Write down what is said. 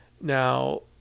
Now